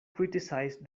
criticized